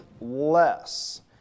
less